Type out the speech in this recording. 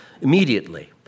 immediately